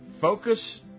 focus